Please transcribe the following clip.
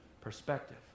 perspective